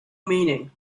meaning